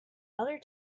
other